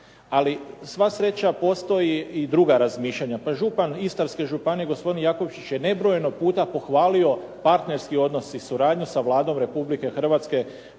Ali sva sreća postoji i druga razmišljanja. Pa župan Istarske županije gospodin Jakovčić je nebrojeno pohvalio partnerski odnos i suradnju sa Vladom Republike Hrvatske